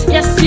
Yes